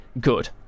good